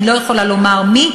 אני לא יכולה לומר אילו,